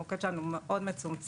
המוקד שלנו הוא מאוד מצומצם.